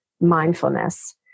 mindfulness